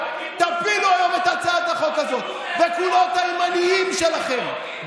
תפילו היום את הצעת החוק הזאת בקולות הימניים שלכם,